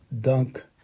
dunk